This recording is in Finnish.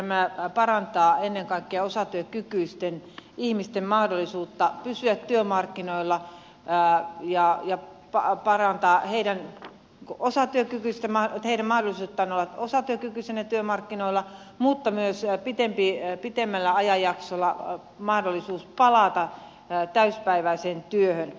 tämä parantaa ennen kaikkea osatyökykyisten ihmisten mahdollisuutta pysyä työmarkkinoilla ja parantaa heidän mahdollisuuttaan olla osatyökykyisenä työmarkkinoilla mutta myös pitemmällä ajanjaksolla mahdollisuutta palata täysipäiväiseen työhön